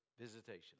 Visitation